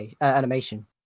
animation